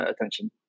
attention